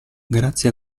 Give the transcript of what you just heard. grazie